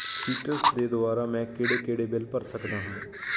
ਸੀਟਰਸ ਦੇ ਦੁਆਰਾ ਮੈਂ ਕਿਹੜੇ ਕਿਹੜੇ ਬਿੱਲ ਭਰ ਸਕਦਾ ਹਾਂ